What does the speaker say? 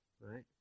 right